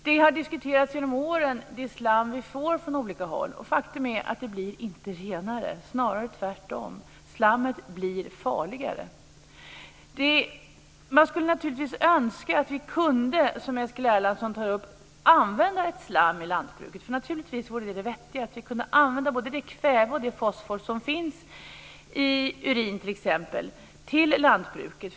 Det slam som vi får från olika håll har diskuterats genom åren. Faktum är att det inte blir renare - snarare tvärtom. Slammet blir farligare. Man skulle naturligtvis önska att vi, som Eskil Erlandsson tar upp, kunde använda slam i lantbruket. Det vore förstås det vettigaste om vi kunde använda både det kväve och det fosfor som finns i urin t.ex. till lantbruket.